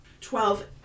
Twelve